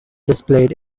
displayed